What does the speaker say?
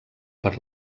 per